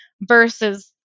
versus